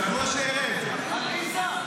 עליזה,